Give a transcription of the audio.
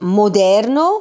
moderno